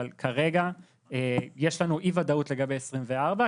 אבל כרגע יש לנו אי ודאות לגבי 2024,